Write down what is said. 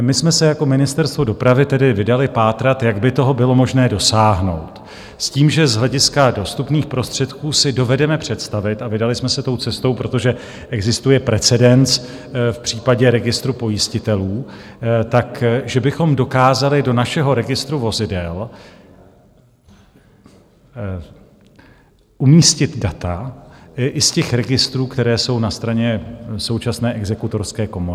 My jsme se jako Ministerstvo dopravy tedy vydali pátrat, jak by toho bylo možné dosáhnout, s tím, že z hlediska dostupných prostředků si dovedeme představit a vydali jsme se tou cestou, protože existuje precedens v případě registru pojistitelů že bychom dokázali do našeho registru vozidel umístit data i z registrů, které jsou na straně současné Exekutorské komory.